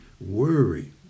worry